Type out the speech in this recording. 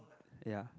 ya